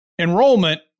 Enrollment